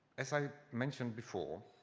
as i mentioned before,